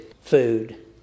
food